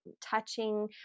touching